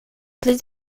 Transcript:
please